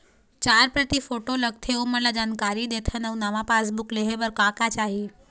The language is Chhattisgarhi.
चार प्रति फोटो लगथे ओमन ला जानकारी देथन अऊ नावा पासबुक लेहे बार का का चाही?